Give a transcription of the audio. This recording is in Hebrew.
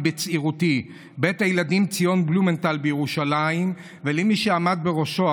בצעירותי: לבית הילדים ציון בלומנטל בירושלים ולמי שעמד בראשו,